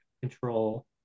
control